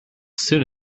soon